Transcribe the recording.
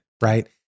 right